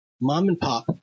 Mom-and-pop